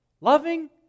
Loving